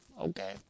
okay